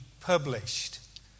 published